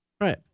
Right